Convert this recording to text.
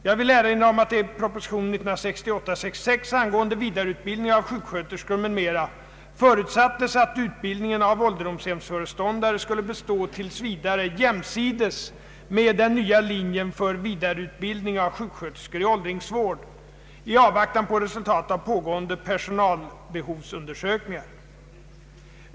Jag vill erinra om att det i proposition nr 66 år 1968 angående vidareutbildning av sjuksköterskor m.m. förutsattes att utbildningen av ålderdomshemsföreståndare skulle bestå tills vidare jämsides med den nya linjen för vidareutbildning av sjuksköterskor i åldringsvård, i avvaktan på resultatet av pågående personalbehovsundersökningar.